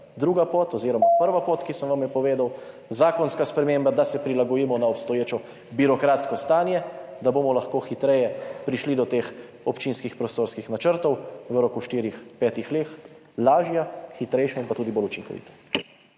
druga pot oziroma prva pot, ki sem vam jo povedal, zakonska sprememba, da se prilagodimo na obstoječe birokratsko stanje, da bomo lahko hitreje prišli do teh občinskih prostorskih načrtov v roku štirih, petih let, lažja, hitrejša in tudi bolj učinkovita.